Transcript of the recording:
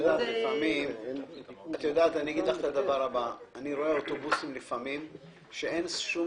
אני רואה לפעמים אוטובוסים שבהם אין שום